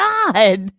God